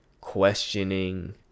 questioning